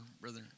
Brother